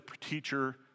teacher